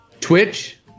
Twitch